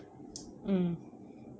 mm